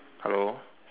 hello